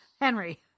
Henry